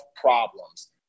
problems